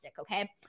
okay